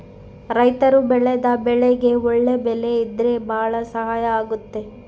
ರೈತರು ಬೆಳೆದ ಬೆಳೆಗೆ ಒಳ್ಳೆ ಬೆಲೆ ಇದ್ರೆ ಭಾಳ ಸಹಾಯ ಆಗುತ್ತೆ